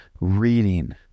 reading